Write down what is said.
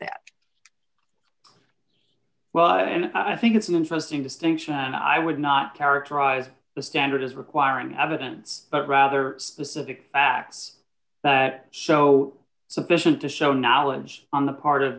that well and i think it's an interesting distinction and i would not characterize the standard as requiring evidence but rather specific facts that so sufficient to show knowledge on the part of